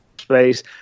space